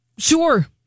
Sure